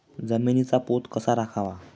जमिनीचा पोत कसा राखावा?